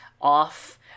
off